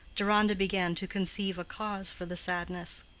deronda began to conceive a cause for the sadness.